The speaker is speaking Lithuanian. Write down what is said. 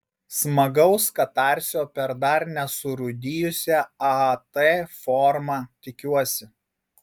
smagaus katarsio per dar nesurūdijusią aat formą tikiuosi